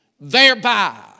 thereby